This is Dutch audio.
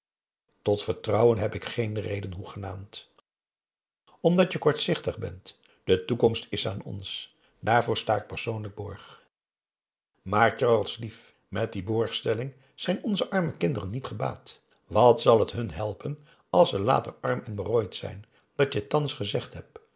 tot vertrouwen heb ik geen reden hoegenaamd omdat je kortzichtig bent de toekomst is aan ons daarvoor sta ik persoonlijk borg maar charles lief met die borgstelling zijn onze arme kinderen niet gebaat wat zal het hun helpen als ze later arm en berooid zijn dat je thans gezegd hebt